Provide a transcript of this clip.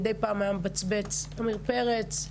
מדי פעם היה מבצבץ אמיר פרץ,